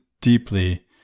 deeply